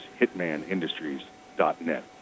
hitmanindustries.net